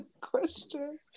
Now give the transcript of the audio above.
question